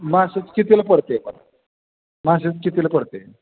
माशाचं कितीला पडत आहे ताट माशाचं कितीला पडत आहे